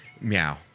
Meow